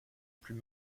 plus